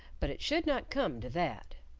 but it should not come to that.